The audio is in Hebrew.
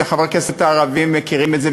וחברי הכנסת הערבים מכירים את זה,